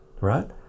right